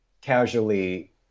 casually